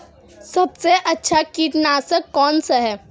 सबसे अच्छा कीटनाशक कौनसा है?